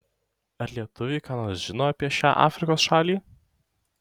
ar lietuviai ką nors žino apie šią afrikos šalį